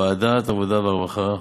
לוועדת העבודה והרווחה,